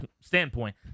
standpoint